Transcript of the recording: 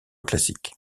classique